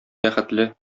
бәхетле